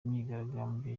imyigaragambyo